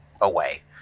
away